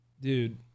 Dude –